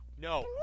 no